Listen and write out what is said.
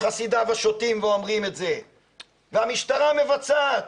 חסידיו השוטים ואומרים את זה והמשטרה מבצעת.